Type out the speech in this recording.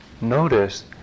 notice